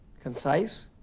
concise